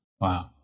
Wow